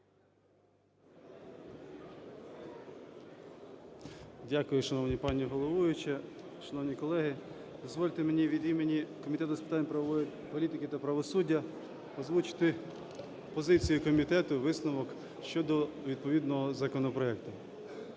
Дякую, шановна пані головуюча. Шановні колеги, дозвольте мені від імені Комітету з питань правової політики та правосуддя озвучити позицію комітету – висновок щодо відповідного законопроекту.